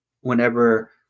whenever